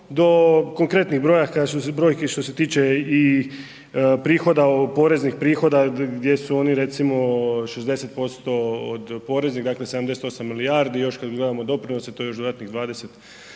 do konkretnih brojaka brojki što se tiče i prihoda, poreznih prihoda, gdje su oni, recimo 60% od poreznih, dakle 78 milijardi, još kad gledamo doprinose, to je još dodatnih 20%, dakle